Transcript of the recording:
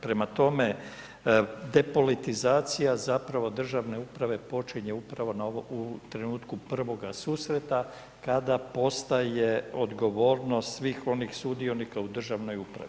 Prema tome, depolitizacija, državne uprave, počinje upravo u trenutku prvoga susreta, kada postaje odgovornost svih onih sudionika u državnoj upravi.